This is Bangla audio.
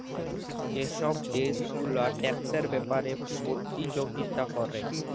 যে ছব দ্যাশ গুলা ট্যাক্সের ব্যাপারে পতিযগিতা ক্যরে